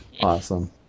awesome